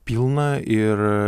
pilna ir